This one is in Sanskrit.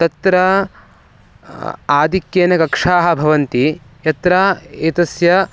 तत्र आधिक्येन कक्षाः भवन्ति यत्र एतस्य